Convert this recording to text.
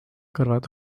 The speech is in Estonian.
kõrvad